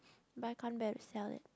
but I can't bear to sell it